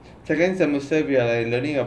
second semester we are like learning ah